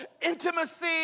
intimacy